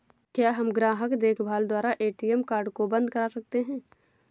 क्या हम ग्राहक देखभाल द्वारा ए.टी.एम कार्ड को बंद करा सकते हैं?